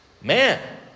man